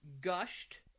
gushed